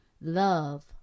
Love